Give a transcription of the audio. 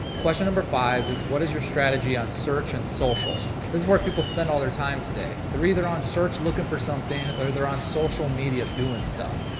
question number five is what is your strategy on search and social? this is where people spend all their time today. they're either on search looking for something, or they're on social media doing stuff,